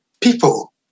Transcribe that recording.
people